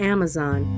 Amazon